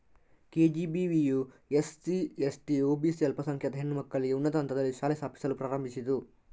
ಕೆ.ಜಿ.ಬಿ.ವಿಯು SC, ST, OBC ಅಲ್ಪಸಂಖ್ಯಾತ ಹೆಣ್ಣು ಮಕ್ಕಳಿಗೆ ಉನ್ನತ ಹಂತದಲ್ಲಿ ಶಾಲೆ ಸ್ಥಾಪಿಸಲು ಪ್ರಾರಂಭಿಸಿತು